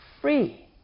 Free